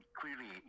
clearly